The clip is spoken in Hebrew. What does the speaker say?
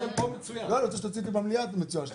כן אני שואל מאיפה הגיע הכסף.